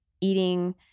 eating